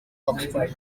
oxford